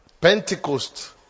Pentecost